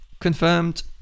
Confirmed